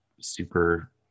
super